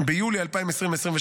ביולי 2023,